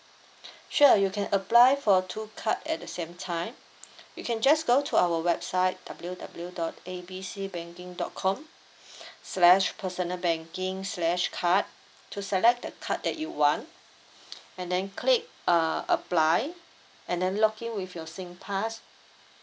sure you can apply for two card at the same time you can just go to our website W W dot A B C banking dot com slash personal banking slash card to select the card that you want and then click uh apply and then login with your singpass